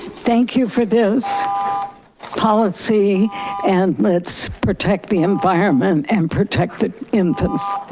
thank you for this policy and let's protect the environment and protect the infants,